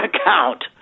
account